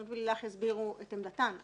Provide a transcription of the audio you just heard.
שהן יסבירו את עמדתן,